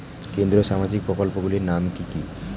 কেন্দ্রীয় সামাজিক প্রকল্পগুলি নাম কি কি?